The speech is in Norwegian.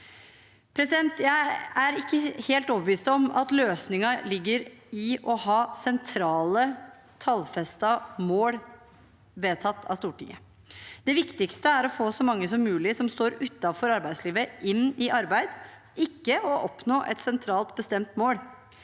Jeg er ikke helt overbevist om at løsningen ligger i å ha sentrale, tallfestede mål vedtatt av Stortinget. Det viktigste er å få så mange som mulig som står utenfor arbeidslivet, inn i arbeid, ikke å oppnå et sentralt bestemt mål.